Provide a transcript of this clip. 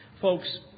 Folks